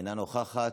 אינה נוכחת,